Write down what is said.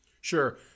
Sure